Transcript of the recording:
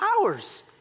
hours